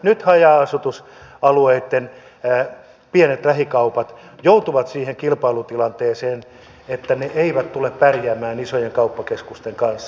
nyt haja asutusalueitten pienet lähikaupat joutuvat siihen kilpailutilanteeseen että ne eivät tule pärjäämään isojen kauppakeskusten kanssa